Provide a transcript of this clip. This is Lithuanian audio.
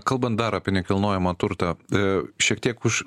kalbant dar apie nekilnojamą turtą šiek tiek už